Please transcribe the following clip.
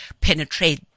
penetrate